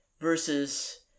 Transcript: versus